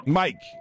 mike